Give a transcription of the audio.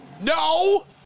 No